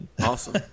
Awesome